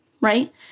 right